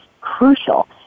crucial